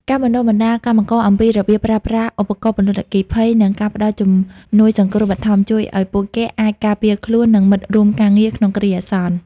ការបណ្ដុះបណ្ដាលកម្មករអំពីរបៀបប្រើប្រាស់ឧបករណ៍ពន្លត់អគ្គិភ័យ និងការផ្ដល់ជំនួយសង្គ្រោះបឋម ជួយឱ្យពួកគេអាចការពារខ្លួន និងមិត្តរួមការងារក្នុងគ្រាអាសន្ន។